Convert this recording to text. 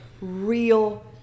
real